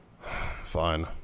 Fine